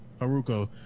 Haruko